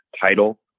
title